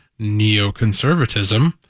neoconservatism